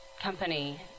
company